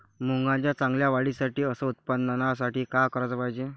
मुंगाच्या चांगल्या वाढीसाठी अस उत्पन्नासाठी का कराच पायजे?